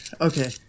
Okay